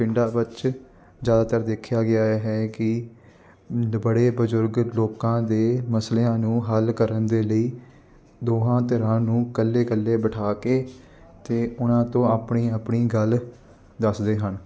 ਪਿੰਡਾਂ ਵਿੱਚ ਜ਼ਿਆਦਾਤਰ ਦੇਖਿਆ ਗਿਆ ਹੈ ਕਿ ਬੜੇ ਬਜ਼ੁਰਗ ਲੋਕਾਂ ਦੇ ਮਸਲਿਆਂ ਨੂੰ ਹੱਲ ਕਰਨ ਦੇ ਲਈ ਦੋਹਾਂ ਧਿਰਾਂ ਨੂੰ ਇਕੱਲੇ ਇਕੱਲੇ ਬਿਠਾ ਕੇ ਅਤੇ ਉਹਨਾਂ ਤੋਂ ਆਪਣੀ ਆਪਣੀ ਗੱਲ ਦੱਸਦੇ ਹਨ